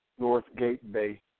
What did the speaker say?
northgatebay